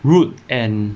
rude and